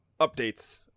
updates